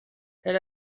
elle